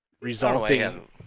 Resulting